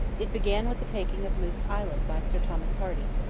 it began with the taking of moose island by sir thomas hardy,